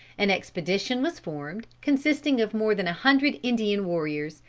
an expedition was formed, consisting of more than a hundred indian warriors,